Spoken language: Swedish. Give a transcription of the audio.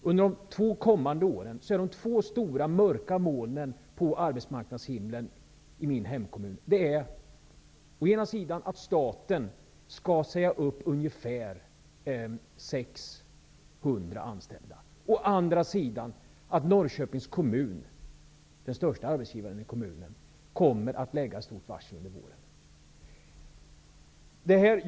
Under de kommande två åren är de två stora, mörka molnen på arbetsmarknadshimlen i min hemkommun å ena sidan att staten skall säga upp ungefär 600 anställda, å andra sidan att Norrköpings kommun -- den största arbetsgivaren i kommunen -- kommer att utfärda ett stort varsel under våren.